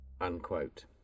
unquote